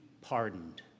pardoned